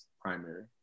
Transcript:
primary